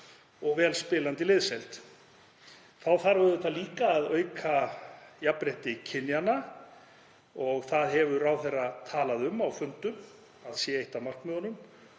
og vel spilandi liðsheild. Þá þarf auðvitað líka að auka jafnrétti kynjanna og það hefur ráðherra talað um á fundum að sé eitt af markmiðunum.